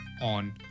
on